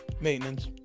maintenance